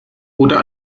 oder